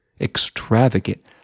extravagant